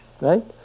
right